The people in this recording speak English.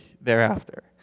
thereafter